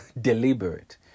deliberate